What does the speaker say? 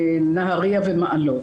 נהריה ומעלות.